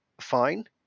Fine